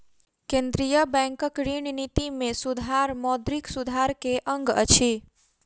केंद्रीय बैंकक ऋण निति में सुधार मौद्रिक सुधार के अंग अछि